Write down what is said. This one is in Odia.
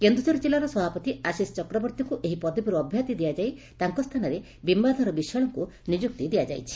କେନ୍ଦୁଝର ଜିଲ୍ଲାର ସଭାପତି ଆଶିଷ ଚକ୍ରବର୍ତୀଙ୍କୁ ଏହି ପଦବୀର୍ ଅବ୍ୟାହତି ଦିଆଯାଇ ତାଙ୍କ ସ୍ତାନରେ ବିମ୍ଯାଧର ବିଶ୍ୱାଳଙ୍କୁ ନିଯୁକ୍ତି ଦିଆଯାଇଛି